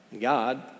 god